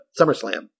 SummerSlam